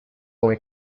come